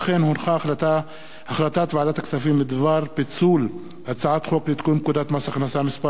החלטת ועדת הכספים בדבר פיצול הצעת חוק לתיקון פקודת מס הכנסה (מס'